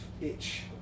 itch